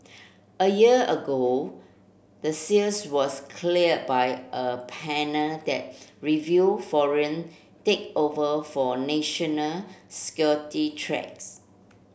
a year ago the sales was clear by a panel that review foreign takeover for national security threats